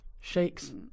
Shakes